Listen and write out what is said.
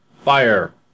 fire